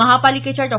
महापालिकेच्या डॉ